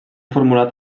formulat